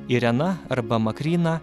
irena arba makryna